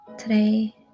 today